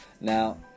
now